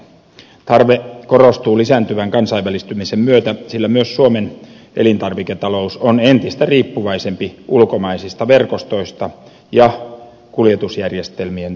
tarve korostuu lisääntyvän kansainvälistymisen myötä sillä myös suomen elintarviketalous on entistä riippuvaisempi ulkomaisista verkostoista ja kuljetusjärjestelmien toimivuudesta